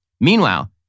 Meanwhile